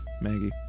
Maggie